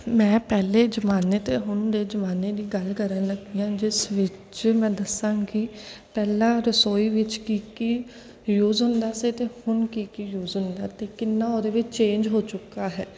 ਮੈਂ ਪਹਿਲੇ ਜ਼ਮਾਨੇ ਅਤੇ ਹੁਣ ਦੇ ਜ਼ਮਾਨੇ ਦੀ ਗੱਲ ਕਰਨ ਲੱਗੀ ਹਾਂ ਜਿਸ ਵਿੱਚ ਮੈਂ ਦੱਸਾਂਗੀ ਪਹਿਲਾਂ ਰਸੋਈ ਵਿੱਚ ਕੀ ਕੀ ਯੂਜ ਹੁੰਦਾ ਸੀ ਅਤੇ ਹੁਣ ਕੀ ਕੀ ਯੂਜ ਹੁੰਦਾ ਹੈ ਅਤੇ ਕਿੰਨਾ ਉਹਦੇ ਵਿੱਚ ਚੇਂਜ ਹੋ ਚੁੱਕਾ ਹੈ